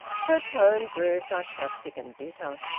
her tone grew sarcastic and bitter.